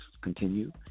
continue